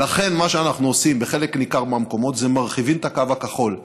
ולכן מה שאנחנו עושים בחלק ניכר מהמקומות זה להרחיב את הקו הכחול.